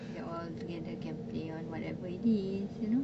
they all together can play on whatever it is you know